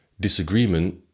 disagreement